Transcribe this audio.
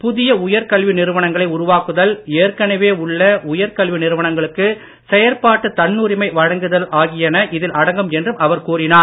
புதிய உயர் கல்வி நிறுவனங்களை உருவாக்குதல் ஏற்கனவே உள்ள உயர்கல்வி நிறுவனங்ளுக்கு செயற்பாட்டு தன்னுரிமை வழங்குதல் ஆகியன இதில் அடங்கும் என்றும் அவர் கூறினார்